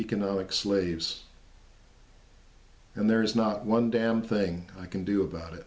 economic slaves and there is not one damn thing i can do about it